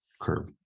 curve